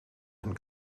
and